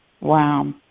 Wow